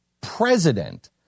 president